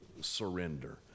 surrender